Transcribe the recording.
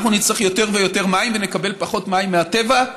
אנחנו נצטרך יותר ויותר מים ונקבל פחות מים מהטבע.